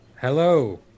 Hello